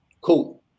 cool